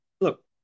Look